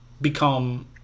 become